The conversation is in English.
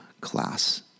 class